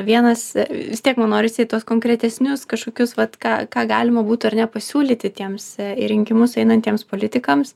vienas vis tiek man norisi į tuos konkretesnius kažkokius vat ką ką galima būtų ar ne pasiūlyti tiems į rinkimus einantiems politikams